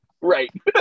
Right